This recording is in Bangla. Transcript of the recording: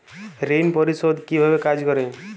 ঋণ পরিশোধ কিভাবে কাজ করে?